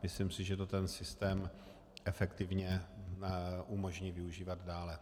Myslím si, že to ten systém efektivně umožní využívat dále.